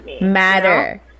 matter